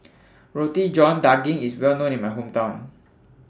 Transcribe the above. Roti John Daging IS Well known in My Hometown